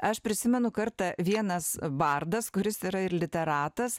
aš prisimenu kartą vienas bardas kuris yra ir literatas